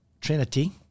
trinity